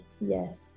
yes